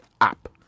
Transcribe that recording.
app